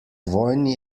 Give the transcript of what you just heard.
vojni